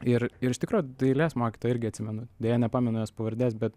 ir ir iš tikro dailės mokytoja irgi atsimenu deja nepamenu jos pavardės bet